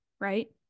right